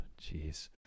Jeez